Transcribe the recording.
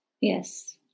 Yes